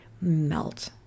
melt